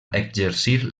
exercir